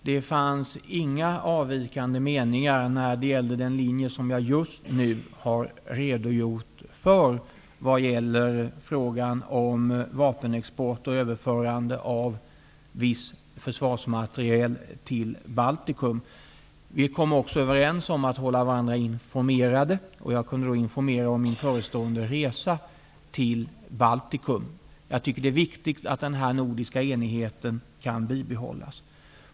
Det fanns inga avvikande meningar när det gällde den linje som jag just nu har redogjort för vad gäller frågan om vapenexport och överförande av viss försvarsmateriel till Vi kom också överens om att hålla varandra informerade, och jag kunde då upplysa om min förestående resa till Baltikum. Jag tycker att det är viktigt att denna nordiska enighet kan bibehållas.